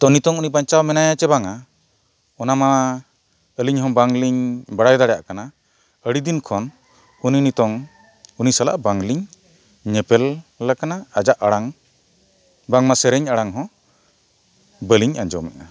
ᱛᱚ ᱱᱤᱛᱚᱝ ᱩᱱᱤ ᱵᱟᱧᱪᱟᱣ ᱢᱮᱱᱟᱭᱟ ᱪᱮ ᱵᱟᱝᱼᱟ ᱚᱱᱟ ᱢᱟ ᱟᱹᱞᱤᱧ ᱦᱚᱸ ᱵᱟᱝᱞᱤᱧ ᱵᱟᱲᱟᱭ ᱫᱟᱲᱮᱭᱟᱜ ᱠᱟᱱᱟ ᱟᱹᱰᱤ ᱫᱤᱱ ᱠᱷᱚᱱ ᱩᱱᱤ ᱱᱤᱛᱚᱝ ᱩᱱᱤ ᱥᱟᱞᱟᱜ ᱵᱟᱝᱞᱤᱧ ᱧᱮᱯᱮᱞ ᱟᱠᱟᱱᱟ ᱟᱡᱟᱜ ᱟᱲᱟᱝ ᱵᱟᱝᱢᱟ ᱥᱮᱨᱮᱧ ᱟᱲᱟᱝ ᱦᱚᱸ ᱵᱟᱹᱞᱤᱧ ᱟᱸᱡᱚᱢᱮᱜᱼᱟ